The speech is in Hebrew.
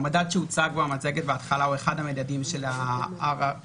המדד שהוצג במצגת בהתחלה הוא אחד המדדים של ה-IRG,